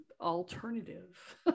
alternative